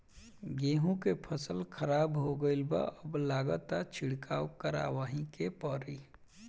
गेंहू के फसल खराब हो गईल बा अब लागता छिड़काव करावही के पड़ी